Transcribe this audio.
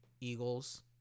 Eagles